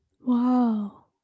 Wow